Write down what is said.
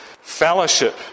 fellowship